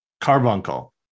Carbuncle